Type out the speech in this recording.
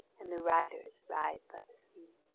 and the riders ride by